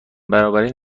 بنابراین